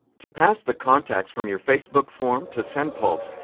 to pass the contacts from your facebook form to sendpulse,